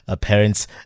parents